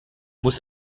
muss